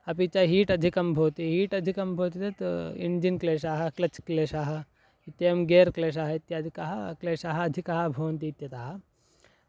अपि च हीट् अधिकं भवति हीट् अधिकं भवति चेत् इञ्जिन् क्लेशाः क्लच् क्लेशाः इत्येवं गेर् क्लेशाः इत्यादिकाः क्लेशाः अधिकाः भवन्ति इत्यतः